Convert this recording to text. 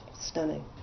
stunning